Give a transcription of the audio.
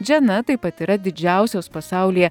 džana taip pat yra didžiausios pasaulyje